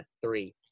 three